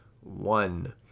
one